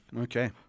Okay